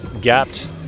gapped